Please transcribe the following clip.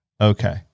Okay